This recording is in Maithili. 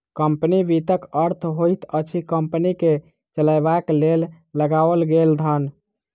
कम्पनी वित्तक अर्थ होइत अछि कम्पनी के चलयबाक लेल लगाओल गेल धन